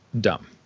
dumb